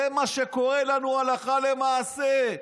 זה מה שקורה לנו הלכה למעשה.